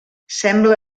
sembla